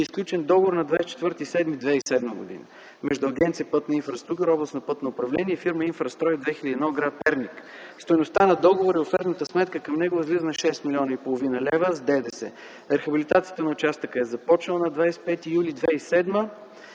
сключен договор на 24 юли 2007 г. между Агенция „Пътна инфраструктура”, Областно пътно управление и фирма „Инфрастрой 2001” – гр. Перник. Стойността на договора и офертната сметка към него възлиза на шест милиона и половина лева с ДДС. Рехабилитацията на участъка е започнала на 25 юли 2007